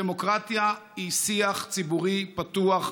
דמוקרטיה היא שיח ציבורי פתוח,